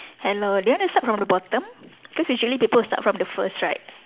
hello do you want to stand from the bottom because usually people will start from the first right